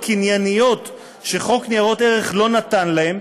קנייניות שחוק ניירות ערך לא נתן להם,